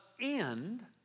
end